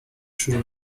شروع